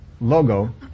logo